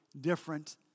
different